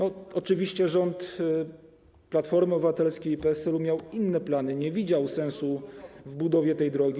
Oczywiście rząd Platformy Obywatelskiej i PSL-u miał inne plany, nie widział sensu w budowie tej drogi.